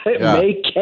make